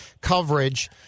coverage